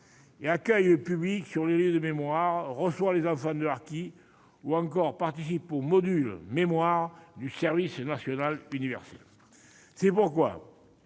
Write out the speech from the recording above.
il accueille le public sur les lieux de mémoire, reçoit les enfants de harkis ou encore participe aux modules « mémoire » du service national universel. C'est pourquoi